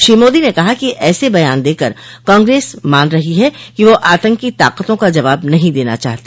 श्री मोदी ने कहा है कि ऐसे बयान देकर कांग्रेस मान रही है कि वह आतंकी ताकतों का जवाब नहीं देना चाहती